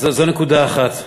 אז זו נקודה אחת.